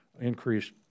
increased